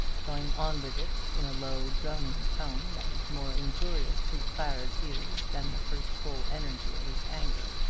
going on with it in a low droning tone, that was more injurious to clara's ears than the first full energy of his anger.